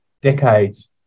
decades